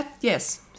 yes